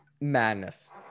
madness